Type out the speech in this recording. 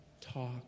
talk